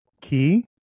key